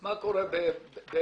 מה קורה באירופה?